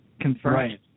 confirmed